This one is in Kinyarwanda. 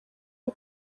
ubu